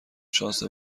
شانس